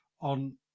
on